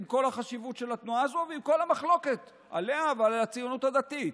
עם כל החשיבות של התנועה הזו ועם כל המחלוקת עליה ועל הציונות הדתית.